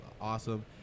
awesome